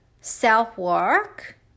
self-work